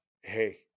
Hey